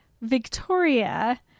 Victoria